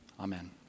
amen